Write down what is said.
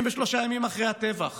53 ימים אחרי הטבח